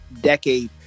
decade